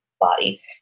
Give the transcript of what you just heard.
body